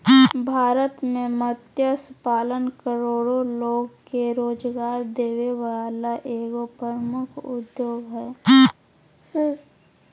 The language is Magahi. भारत में मत्स्य पालन करोड़ो लोग के रोजगार देबे वला एगो प्रमुख उद्योग हइ